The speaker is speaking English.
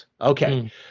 Okay